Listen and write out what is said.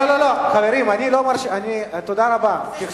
חברים, תודה רבה.